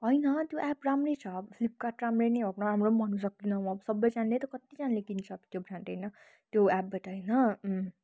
होइन त्यो एप्प राम्रै छ फ्लिपकार्ट राम्रै नै हो नराम्रो पनि भन्नु सक्दिनँ म सबैजनाले त कतिजनाले किनिसक्यो त्यो ब्रान्ड होइन त्यो एप्पबाट होइन अँ